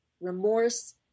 remorse